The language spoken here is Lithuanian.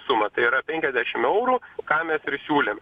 sumą tai yra penkiasdešim eurų ką mes siūlėm